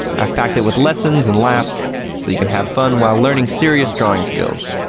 i've packed it with lessons and laughs so you can have fun while learning serious drawing skills.